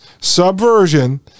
subversion